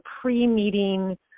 pre-meeting